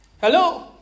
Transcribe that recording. Hello